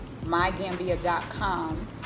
MyGambia.com